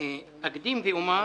אקדים ואומר: